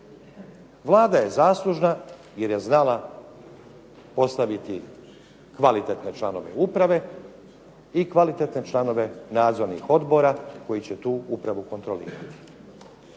Vlada je zaslužna jer je znala postaviti kvalitetne članove uprave i kvalitetne članove nadzornih odbora koji će tu upravu kontrolirati.